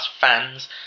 fans